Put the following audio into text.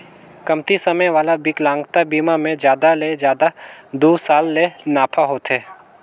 कमती समे वाला बिकलांगता बिमा मे जादा ले जादा दू साल ले नाफा होथे